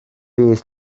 bydd